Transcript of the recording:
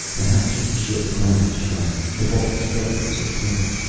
the hatch of the ship clanged shut. the bolts fell into place.